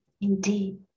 indeed